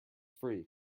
free